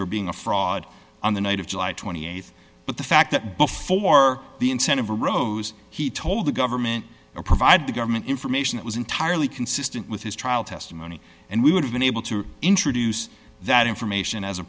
there being a fraud on the night of july th but the fact that before the incentive arose he told the government or provide the government information that was entirely consistent with his trial testimony and we would have been able to introduce that information as a